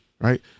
right